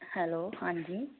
hello ਹਾਂਜੀ